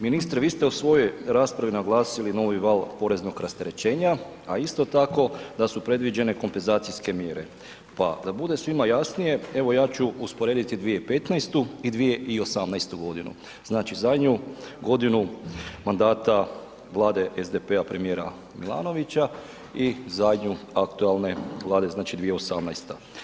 Ministre, vi ste u svojoj raspravi naglasili novi val poreznog rasterećenja a isto tako da su predviđene kompenzacijske mjere pa da bude svima jasnije, evo ja ću usporediti 2015. i 2018. g., znači zadnju godinu mandata Vlade SDP-a, premijera Milanovića i zadnju aktualne Vlade, znači 2018.